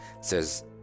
says